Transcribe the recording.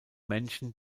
menschen